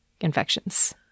infections